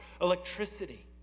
electricity